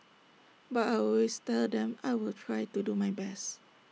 but I always tell them I will try to do my best